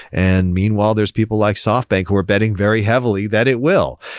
and meanwhile there's people like softbank who are betting very heavily that it will.